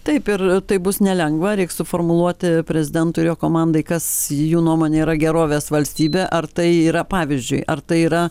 taip ir tai bus nelengva reiks suformuluoti prezidentui ir jo komandai kas jų nuomone yra gerovės valstybė ar tai yra pavyzdžiui ar tai yra